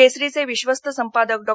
केसरीचे विश्वस्त संपादक डॉ